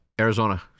Arizona